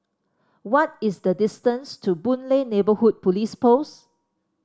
what is the distance to Boon Lay Neighbourhood Police Post